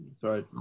Sorry